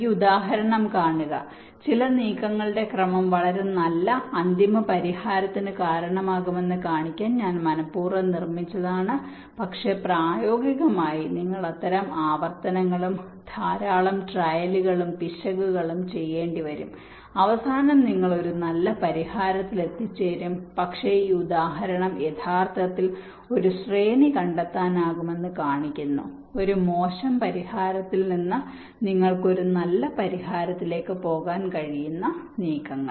ഈ ഉദാഹരണം കാണുക ചില നീക്കങ്ങളുടെ ക്രമം വളരെ നല്ല അന്തിമ പരിഹാരത്തിന് കാരണമാകുമെന്ന് കാണിക്കാൻ ഞാൻ മനപ്പൂർവ്വം നിർമ്മിച്ചതാണ് പക്ഷേ പ്രായോഗികമായി നിങ്ങൾ അത്തരം ആവർത്തനങ്ങളും ധാരാളം ട്രയലുകളും പിശകുകളും ചെയ്യേണ്ടിവരും അവസാനം നിങ്ങൾ ഒരു നല്ല പരിഹാരത്തിൽ എത്തിച്ചേരാം പക്ഷേ ഈ ഉദാഹരണം യഥാർത്ഥത്തിൽ ഒരു ശ്രേണി കണ്ടെത്താനാകുമെന്ന് കാണിക്കുന്നു ഒരു മോശം പരിഹാരത്തിൽ നിന്ന് നിങ്ങൾക്ക് ഒരു നല്ല പരിഹാരത്തിലേക്ക് പോകാൻ കഴിയുന്ന നീക്കങ്ങൾ